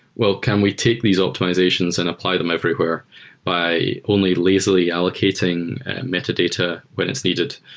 well, can we take these optimizations and apply them everywhere by only lazily allocating metadata when it's needed?